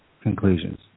conclusions